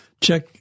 check